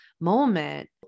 moment